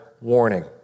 warning